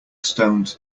stones